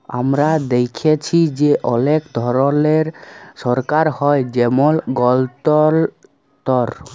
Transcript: আমরা দ্যাখেচি যে অলেক ধরলের সরকার হ্যয় যেমল গলতলতর